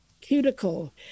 cuticle